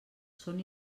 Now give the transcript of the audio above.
són